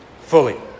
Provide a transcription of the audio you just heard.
fully